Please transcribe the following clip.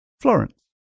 florence